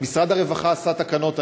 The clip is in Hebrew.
משרד הרווחה עשה תקנות,